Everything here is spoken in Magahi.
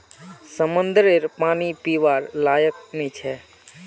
समंद्ररेर पानी पीवार लयाक नी छे